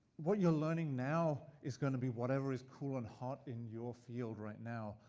what you're learning now is gonna be whatever is cool and hot in your field right now,